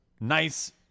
nice